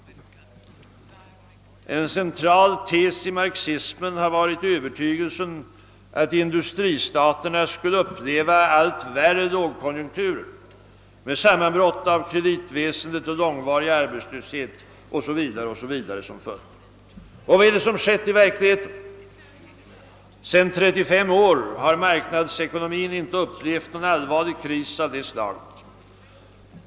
En central tes i marxismen har varit övertygelsen att industristaterna skulle uppleva allt värre lågkonjunkturer med sammanbrott av kreditväsendet och långvarig arbetslöshet o. s. v. som följd. Vad är det som skett i verkligheten? Sedan 35 år tillbaka har marknadsekonomin inte upplevt någon allvarlig kris av detta slag.